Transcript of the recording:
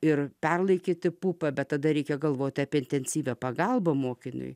ir perlaikyti pupą bet tada reikia galvoti apie intensyvią pagalbą mokiniui